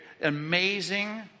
Amazing